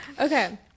Okay